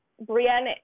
Brienne